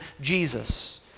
Jesus